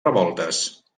revoltes